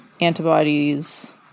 antibodies